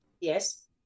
Yes